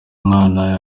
mwana